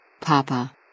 Papa